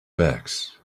bags